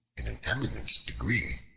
in an eminent degree,